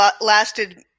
lasted